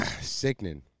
Sickening